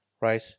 right